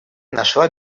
нашла